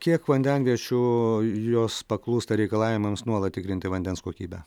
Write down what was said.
kiek vandenviečių jos paklūsta reikalavimams nuolat tikrinti vandens kokybę